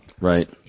Right